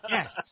Yes